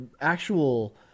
actual